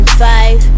five